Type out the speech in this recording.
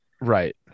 right